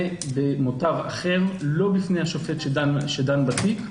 במותב אחר ולא בפני השופט שדן בתיק.